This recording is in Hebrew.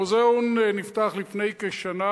המוזיאון נפתח לפני כשנה,